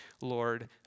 Lord